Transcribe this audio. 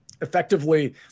effectively